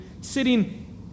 sitting